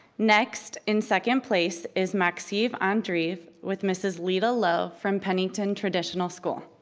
next, in second place, is maxebe andreve with mrs. leda lowe from pennington traditional school.